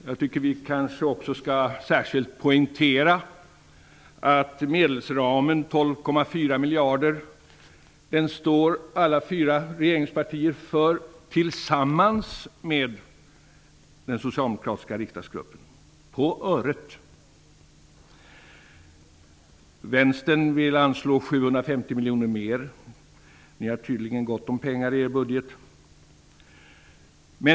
Jag tycker att vi särskilt skall poängtera att alla fyra regeringspartierna tillsammans med den socialdemokratiska riksdagsgruppen står för medelsramen på 12,4 miljarder. Vänstern vill anslå 750 miljoner mer. De har tydligen gott om pengar i sin budget.